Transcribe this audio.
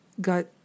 got